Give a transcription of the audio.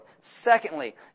Secondly